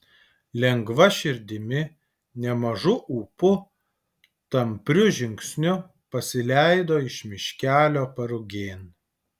lengva širdimi nemažu ūpu tampriu žingsniu pasileido iš miškelio parugėn